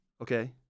okay